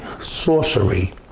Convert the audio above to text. sorcery